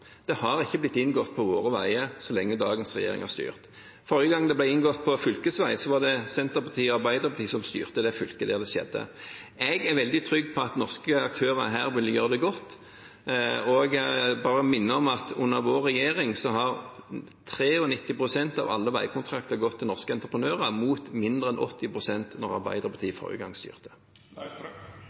Det er ikke blitt inngått noen slik for våre veier så lenge dagens regjering har styrt. Forrige gang det ble inngått på fylkesvei, var det Senterpartiet og Arbeiderpartiet som styrte fylket der det skjedde. Jeg er veldig trygg på at norske aktører vil gjøre det godt her, og vil bare minne om at under vår regjering har 93 pst. av alle veikontrakter gått til norske entreprenører, mot mindre enn 80 pst. forrige gang Arbeiderpartiet